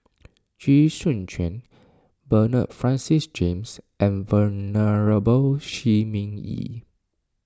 Chee Soon Juan Bernard Francis James and Venerable Shi Ming Yi